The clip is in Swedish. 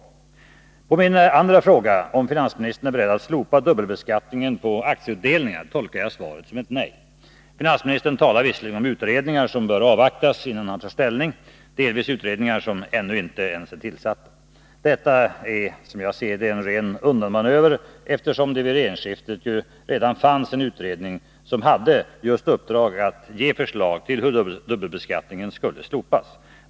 Svaret på min andra fråga — om finansministern är beredd att slopa dubbelbeskattningen på aktieutdelningar — tolkar jag som ett nej. Finansministern talar visserligen om utredningar som bör avvaktas innan han tar ställning, delvis utredningar som ännu inte ens är tillsatta. Men detta är, som jagser ser det, en ren undanmanöver, eftersom det vid regeringsskiftet redan fanns en utredning som just hade i uppdrag att ge förslag till hur dubbelbeskattningen skulle slopas.